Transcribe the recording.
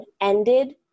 ended